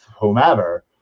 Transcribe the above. whomever